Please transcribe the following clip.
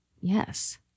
Yes